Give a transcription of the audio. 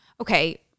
okay